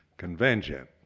convention